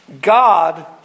God